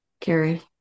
Carrie